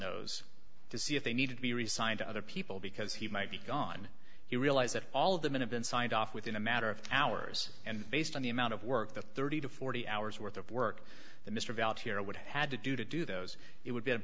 those to see if they needed to be resigned to other people because he might be gone he realized that all of them in a been signed off within a matter of hours and based on the amount of work the thirty to forty hours worth of work that mr valid here would have had to do to do those it would be